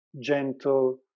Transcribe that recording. gentle